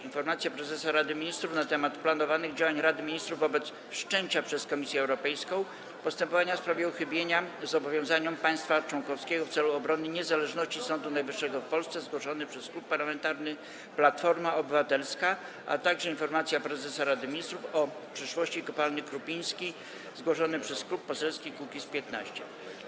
Informacja prezesa Rady Ministrów na temat planowanych działań Rady Ministrów wobec wszczęcia przez Komisję Europejską postępowania w sprawie uchybienia zobowiązaniom państwa członkowskiego w celu ochrony niezależności Sądu Najwyższego w Polsce, zgłoszony przez Klub Parlamentarny Platforma Obywatelska, - Informacja prezesa Rady Ministrów o przyszłości kopalni „Krupiński” w Suszcu, zgłoszony przez Klub Poselski Kukiz’15.